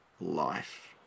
life